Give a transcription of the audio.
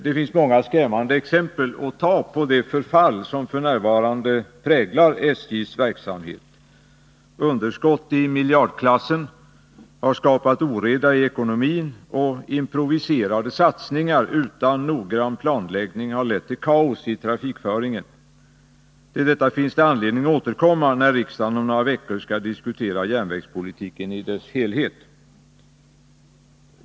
Det finns många skrämmande exempel att anföra på det förfall som f. n. präglar SJ:s verksamhet. Underskott i miljardklassen har skapat oreda i ekonomin, och improviserade satsningar utan noggrann planläggning har lett till kaos i trafikföringen. Till detta finns det anledning att återkomma när riksdagen om några veckor skall diskutera järnvägspolitiken i dess helhet.